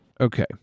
Okay